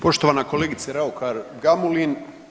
Poštovana kolegice RAukar Gamulin.